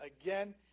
again